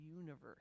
universe